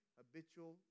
habitual